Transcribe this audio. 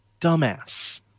dumbass